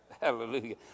hallelujah